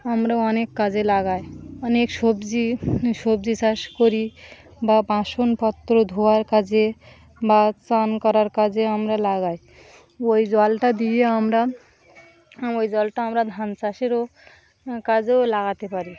আমরা অনেক কাজে লাগাই অনেক সবজি সবজি চাষ করি বা বাসনপত্র ধোয়ার কাজে বা চান করার কাজে আমরা লাগাই ওই জলটা দিয়ে আমরা ওই জলটা আমরা ধান চাষেরও কাজেও লাগাতে পারি